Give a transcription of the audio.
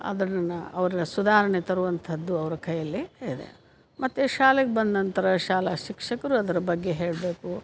ಅದನ್ನು ಅವರ ಸುಧಾರಣೆ ತರುವಂಥದ್ದು ಅವರ ಕೈಯ್ಯಲ್ಲೇ ಇದೆ ಮತ್ತೆ ಶಾಲೆಗೆ ಬಂದು ನಂತರ ಶಾಲಾ ಶಿಕ್ಷಕರು ಅದರ ಬಗ್ಗೆ ಹೇಳಬೇಕು